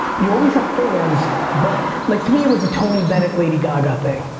you always have fans but like to me it was the tony bennett, lady gaga thing.